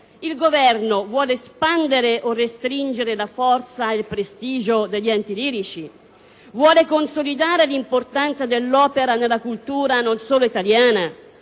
il Governo vuole espandere o restringere la forza e il prestigio degli enti lirici? Vuole consolidare l'importanza dell'opera nella cultura, non solo italiana?